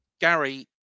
Gary